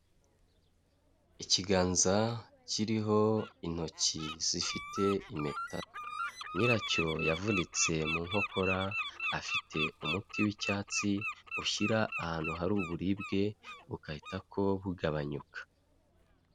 Ikiganza kiriho intoki zifite impeta, nyiracyo yavunitse mu nkokora, afite umuti w'icyatsi ushyira ahantu hari uburibwe, bugahitako bugabanyuka.